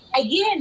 again